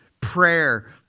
prayer